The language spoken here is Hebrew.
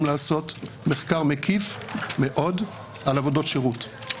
לעשות מחקר מקיף מאוד על עבודות שירות.